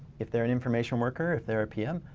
if they're an information worker, if they're a pm,